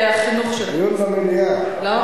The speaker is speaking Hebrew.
במליאה.